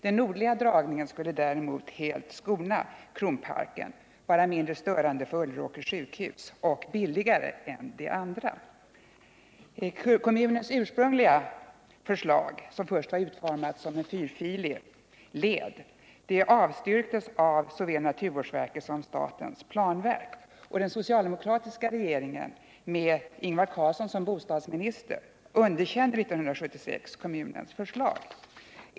Den nordliga dragningen skulle däremot helt skona Kronparken och vara mindre störande för Ulleråkers sjukhus. Det alternativet skulle också vara billigare. Kommunens ursprungliga förslag, som var utformat så att man skulle dra en fyrfältig led, avstyrktes av såväl naturvårdsverket som statens planverk. Den socialdemokratiska regeringen med Ingvar Carlsson som bostadsminister underkände kommunens förslag 1976.